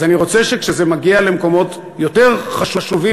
אז אני רוצה שכשזה מגיע למקומות יותר חשובים